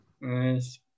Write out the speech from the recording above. Nice